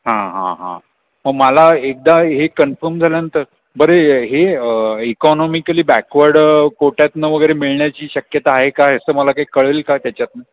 हां हां हां मं मला एकदा हे कन्फम झाल्यानंतर बरं हे इकॉनॉमिकली बॅकवर्ड कोट्यातनं वगैरे मिळण्याची शक्यता आहे काय असं मला काही कळेल का त्याच्यातनं